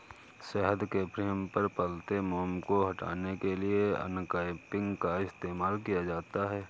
शहद के फ्रेम पर पतले मोम को हटाने के लिए अनकैपिंग का इस्तेमाल किया जाता है